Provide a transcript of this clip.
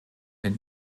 den